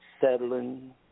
settling